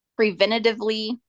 preventatively